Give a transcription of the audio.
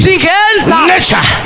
nature